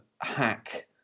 hack